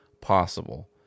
possible